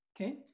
Okay